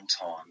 time